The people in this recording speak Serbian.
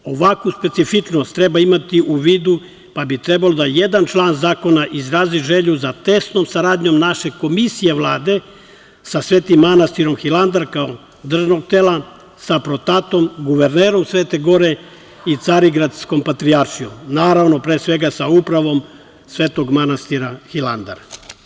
Ovakvu specifičnost treba imati u vidu, pa bi trebalo da jedan član zakona izrazi želju za tesnom saradnjom naše komisije Vlade sa Svetim manastirom Hilandar kao državnog tela, sa PROTAT-om guvernerom Svete Gore i Carigradskom patrijaršijom, naravno, pre svega sa upravom Svetog manastira Hilandar.